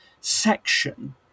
section